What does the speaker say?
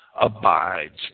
abides